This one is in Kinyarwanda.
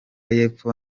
y’epfo